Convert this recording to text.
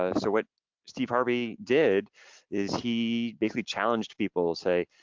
ah so what steve harvey did is he basically challenged people say,